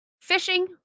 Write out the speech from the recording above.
fishing